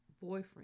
boyfriend